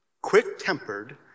quick-tempered